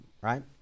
right